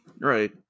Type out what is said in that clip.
right